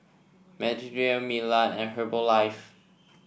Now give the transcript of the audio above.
Milan and Herbalife